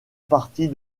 partie